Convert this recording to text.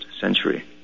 century